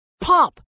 Pop